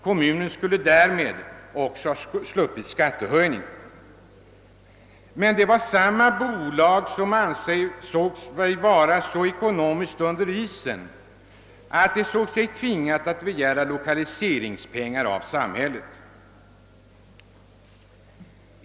Kommu nen skulle därigenom också ha sluppit tillgripa skattehöjning, Men det var samma bolag som även ansåg sig vara så ekonomiskt under isen, att det fann sig tvingat att begära lokaliseringspengar av samhället.